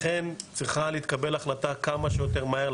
לכן צריכה להתקבל החלטה כמה שיותר מהר.